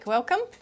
Welcome